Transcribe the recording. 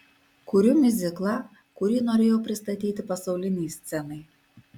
kuriu miuziklą kurį norėjau pristatyti pasaulinei scenai